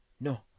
no